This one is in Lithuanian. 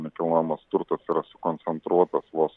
nekilnojamas turtas yra sukoncentruotas vos